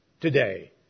today